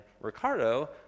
Ricardo